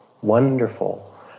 wonderful